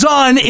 on